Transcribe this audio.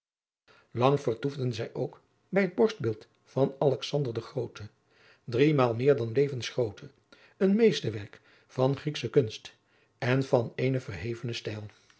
lang vertoefden zij ook bij het borstbeeld van alexander den grooten driemaal meer dan levensgrootte een meesterstuk van grieksche kunst en van eenen verhevenen stijl